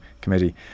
committee